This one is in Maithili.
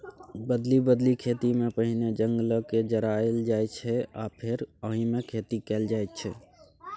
बदलि बदलि खेतीमे पहिने जंगलकेँ जराएल जाइ छै आ फेर ओहिमे खेती कएल जाइत छै